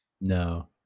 No